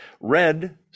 Red